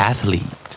Athlete